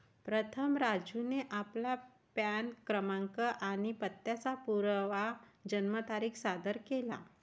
प्रथम राजूने आपला पॅन क्रमांक आणि पत्त्याचा पुरावा जन्मतारीख सादर केला